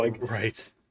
Right